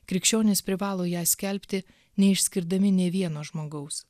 krikščionys privalo ją skelbti neišskirdami nė vieno žmogaus